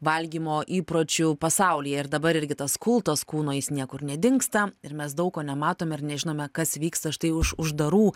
valgymo įpročių pasaulyje ir dabar irgi tas kultas kūno jis niekur nedingsta ir mes daug ko nematom ir nežinome kas vyksta štai už uždarų